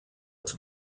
its